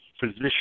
position